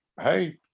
Hey